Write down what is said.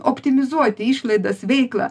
optimizuoti išlaidas veiklą